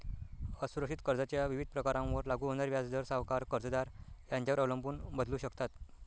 असुरक्षित कर्जाच्या विविध प्रकारांवर लागू होणारे व्याजदर सावकार, कर्जदार यांच्यावर अवलंबून बदलू शकतात